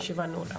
הישיבה נעולה.